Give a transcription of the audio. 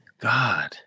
God